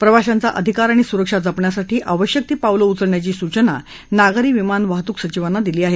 प्रवाशांचा अधिकार आणि सुरक्षा जपण्यासाठी आवश्यक ती पावलं उचलण्याची सूचना नागरी विमान वाहतूक सचिवांना दिली आहे